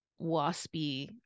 waspy